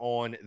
on